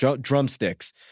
drumsticks